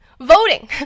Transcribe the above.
voting